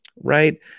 Right